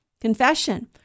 confession